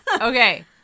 Okay